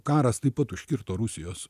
karas taip pat užkirto rusijos